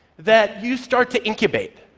that you start to incubate.